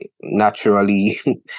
naturally